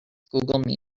google